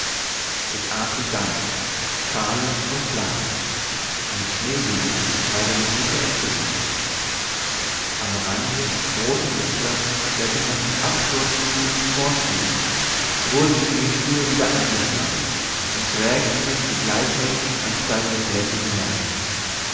ich aß sie ganz schale und fleisch mit schnee gemischt war sie eine gute erfrischung am rande des großen gletschers der sich nach dem absturz zu vorschiebt wurden die schneeschuhe wieder angeschnallt und schräg ging es die gleichmäßig ansteigende fläche hinan